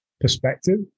perspective